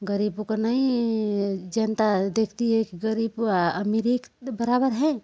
गरीबों को नहीं जनता देखती है गरीब अमीर एक बराबर है